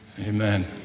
amen